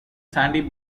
sandy